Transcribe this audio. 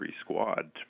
squad –